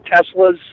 Tesla's